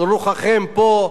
אבל רוחכם פה.